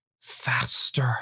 faster